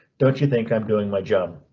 don't you think i'm doing my job?